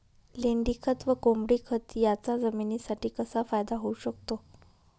लेंडीखत व कोंबडीखत याचा जमिनीसाठी कसा फायदा होऊ शकतो?